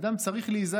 אדם צריך להיזהר,